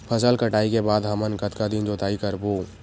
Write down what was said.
फसल कटाई के बाद हमन कतका दिन जोताई करबो?